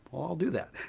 i'll do that.